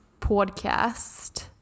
podcast